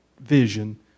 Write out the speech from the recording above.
vision